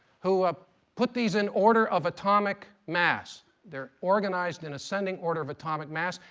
who ah put these in order of atomic mass. they're organized in ascending order of atomic mass.